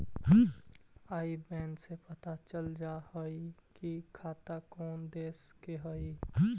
आई बैन से पता चल जा हई कि खाता कउन देश के हई